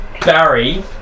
Barry